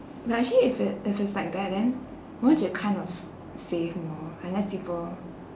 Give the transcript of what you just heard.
but actually if it if it's like that then won't you kind of s~ save more unless people